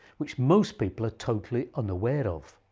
which most people are totally unaware of.